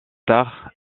tard